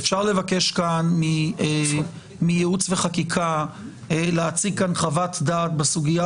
אפשר לבקש מייעוץ וחקיקה להציג כאן חוות דעת בסוגיה